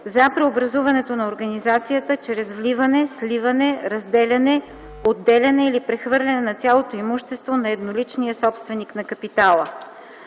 за преобразуването на организацията чрез вливане, сливане, разделяне, отделяне или прехвърляне на цялото имущество на едноличния собственик на капитала”.